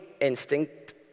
instinct